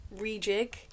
rejig